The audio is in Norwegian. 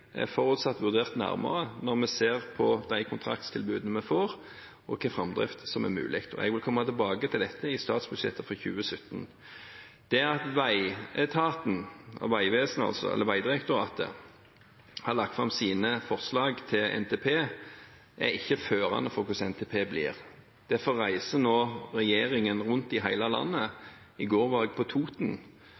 er forutsatt vurdert nærmere når vi ser på de kontraktstilbudene vi får, og hvilken framdrift som er mulig. Jeg vil komme tilbake til dette i statsbudsjettet for 2017. Det at veietaten – Vegvesenet eller Vegdirektoratet – har lagt fram sine forslag til NTP, er ikke førende for hvordan NTP blir. Derfor reiser nå regjeringen rundt i hele landet. I går var jeg på Toten.